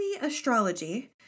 astrology